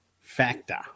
factor